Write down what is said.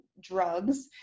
drugs